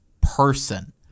person